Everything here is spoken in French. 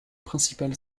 principal